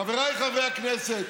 חבריי חברי הכנסת,